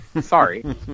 Sorry